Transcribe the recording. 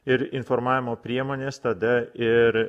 ir informavimo priemonės tada ir